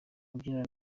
abyinana